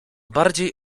bardziej